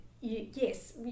yes